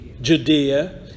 Judea